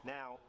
now